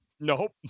Nope